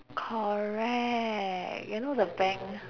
correct you know the bank